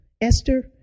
Esther